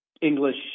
English